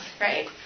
right